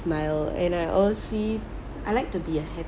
smile and I honestly I like to be a